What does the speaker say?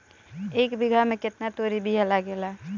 एक बिगहा में केतना तोरी के बिया लागेला?